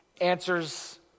answers